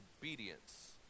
obedience